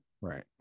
Right